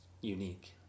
unique